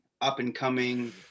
up-and-coming